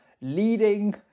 Leading